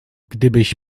gdybyś